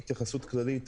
אתחיל בהתייחסות כללית.